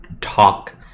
talk